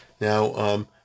Now